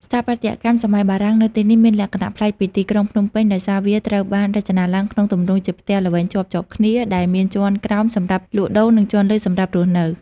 ស្ថាបត្យកម្មសម័យបារាំងនៅទីនេះមានលក្ខណៈប្លែកពីទីក្រុងភ្នំពេញ ដោយសារវាត្រូវបានរចនាឡើងក្នុងទម្រង់ជាផ្ទះល្វែងជាប់ៗគ្នា ដែលមានជាន់ក្រោមសម្រាប់លក់ដូរ និងជាន់លើសម្រាប់រស់នៅ។